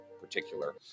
particular